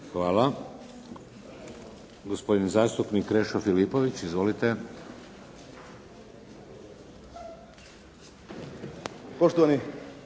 Hvala. Gospodin zastupnik Krešo Filipović. Izvolite.